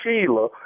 Sheila